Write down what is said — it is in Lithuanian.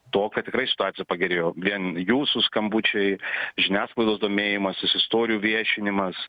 to kad tikrai situacija pagerėjo vien jūsų skambučiai žiniasklaidos domėjimasis istorijų viešinimas